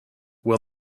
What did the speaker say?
will